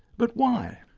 but why?